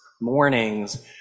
mornings